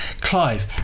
clive